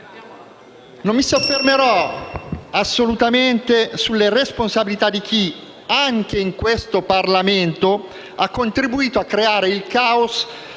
Non mi soffermerò sulle responsabilità di chi, anche in questo Parlamento, ha contribuito a creare il *caos*